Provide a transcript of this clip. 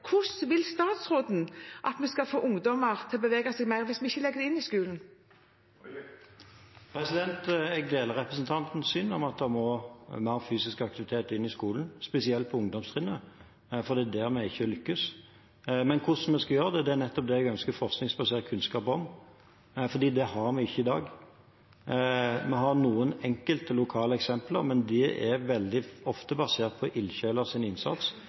Hvordan vil statsråden at vi skal få ungdommer til å bevege seg mer hvis vi ikke legger det inn i skolen? Jeg deler representantens syn om at det må mer fysisk aktivitet inn i skolen, spesielt på ungdomstrinnet, for det er der vi ikke lykkes. Men hvordan vi skal gjøre det, er nettopp det jeg ønsker forskningsbasert kunnskap om, for det har vi ikke i dag. Vi har noen enkelte lokale eksempler, men det er veldig ofte basert på